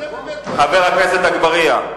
חבר הכנסת אגבאריה,